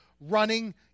running